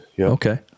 Okay